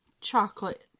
chocolate